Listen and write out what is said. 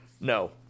No